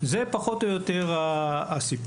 פחות או יותר.